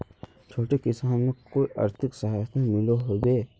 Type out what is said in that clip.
छोटो किसानोक कोई आर्थिक सहायता मिलोहो होबे?